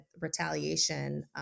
retaliation